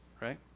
Right